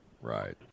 Right